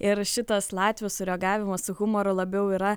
ir šitas latvių sureagavimas su humoru labiau yra